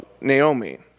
Naomi